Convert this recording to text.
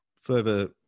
further